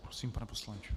Prosím, pane poslanče.